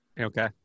Okay